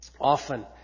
often